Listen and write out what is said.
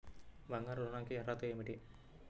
బంగారు ఋణం కి అర్హతలు ఏమిటీ?